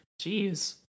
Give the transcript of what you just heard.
jeez